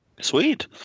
Sweet